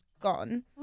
gone